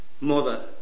Mother